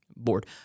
board